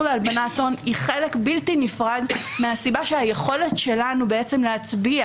להלבנת הון היא חלק בלתי נפרד מהסיבה שהיכולת שלנו בעצם להצביע